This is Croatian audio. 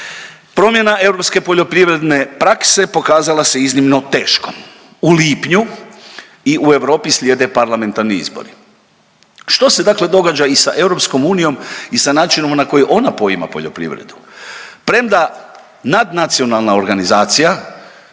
Promjena europske poljoprivredne prakse pokazala se iznimno teškom. U lipnju i u Europi slijede parlamentarni izbori. Što se dakle događa i sa EU i sa načinom na koji ona poima poljoprivredu? Premda nadnacionalna organizacija